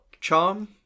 charm